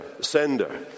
sender